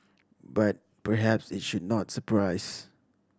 but perhaps it should not surprise